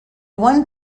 one